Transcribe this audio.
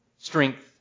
strength